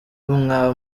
mwa